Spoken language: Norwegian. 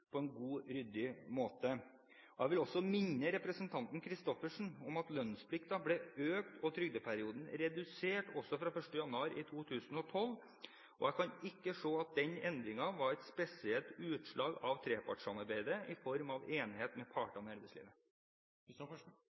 på en god, ryddig måte. Jeg vil også minne representanten Christoffersen om at lønnsplikten ble økt og trygdeperioden redusert også fra 1. januar 2012. Jeg kan ikke se at den endringen var et spesielt utslag av trepartssamarbeidet i form av enighet med partene i arbeidslivet.